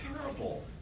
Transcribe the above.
terrible